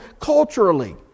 culturally